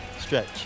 stretch